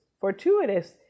fortuitous